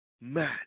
man